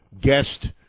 guest